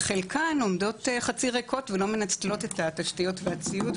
חלקן עומדות חצי ריקות ולא מנצלות את התשתיות והציוד,